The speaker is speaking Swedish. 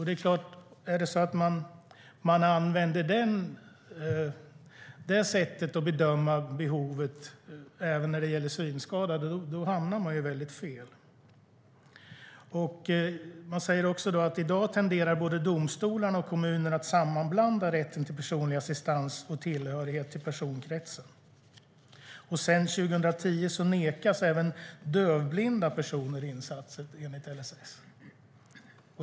Det är klart att man hamnar väldigt fel om man använder det sättet att bedöma behovet även när det gäller synskadade. Man säger också att både domstolar och kommuner i dag tenderar att sammanblanda rätten till personlig assistans och tillhörighet till personkretsarna. Sedan 2010 nekas även dövblinda personer insatser enligt LSS.